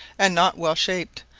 and not well shaped,